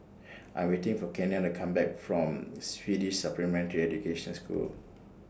I Am waiting For Kenia to Come Back from Swedish Supplementary Education School